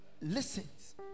listens